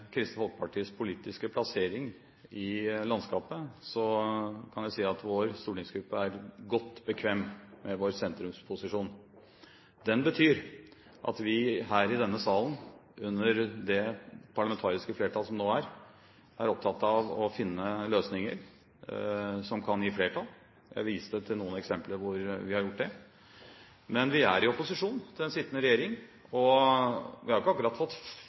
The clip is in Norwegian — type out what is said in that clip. Kristelig Folkepartis politiske plassering i landskapet, kan jeg si at vår stortingsgruppe er bekvem med sin sentrumsposisjon. Den betyr at vi i denne salen under det parlamentariske flertall som nå er, er opptatt av å finne løsninger som kan gi flertall – jeg viste til noen eksempler hvor vi har gjort det. Men vi er i opposisjon til den sittende regjering. Og vi har ikke akkurat fått